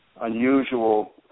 unusual